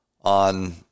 on